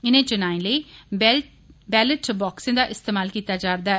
इनें चुनायें लेई बैलट बाक्सें दा इस्तेमाल कीता जारदा ऐ